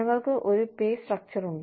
ഞങ്ങൾക്ക് ഒരു pay structure ഉണ്ട്